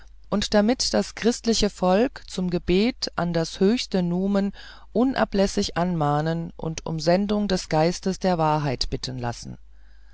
und damit das christliche volk zum gebet an das höchste numen unablässig anmahnen und um sendung des geistes der wahrheit bitten lassen